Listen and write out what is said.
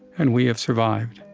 and we have survived.